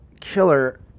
killer